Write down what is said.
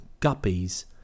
guppies